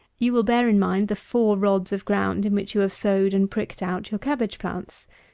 you will bear in mind the four rods of ground in which you have sowed and pricked out your cabbage plants.